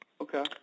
Okay